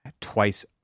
twice